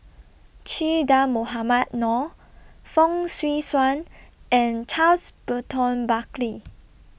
Che Dah Mohamed Noor Fong Swee Suan and Charles Burton Buckley